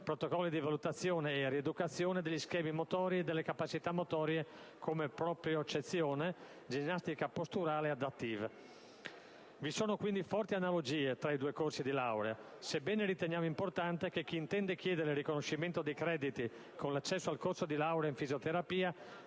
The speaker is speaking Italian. protocolli di valutazione e rieducazione degli schemi motori e delle capacità motorie come propriocezione, ginnastica posturale e adattiva. Vi sono quindi forti analogie tra i due corsi di laurea, sebbene riteniamo importante che chi intende chiedere il riconoscimento dei crediti per l'accesso al corso di laurea in fisioterapia